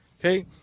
okay